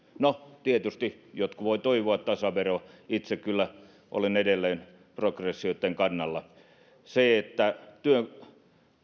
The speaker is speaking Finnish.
no tietysti jotkut voivat toivoa tasaveroa itse kyllä olen edelleen progressioitten kannalla työn